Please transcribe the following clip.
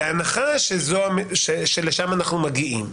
בהנחה שלשם אנחנו מגיעים,